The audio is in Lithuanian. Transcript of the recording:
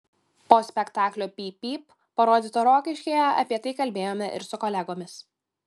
po spektaklio pyp pyp parodyto rokiškyje apie tai kalbėjome ir su kolegomis